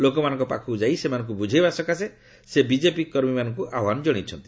ଲୋକମାନଙ୍କ ପାଖକୁଯାଇ ସେମାନଙ୍କୁ ବୁଝାଇବା ଲାଗି ସେ ବିଜେପି କର୍ମୀମାନଙ୍କୁ ଆହ୍ପାନ ଜଣାଇଛନ୍ତି